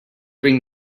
bring